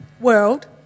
World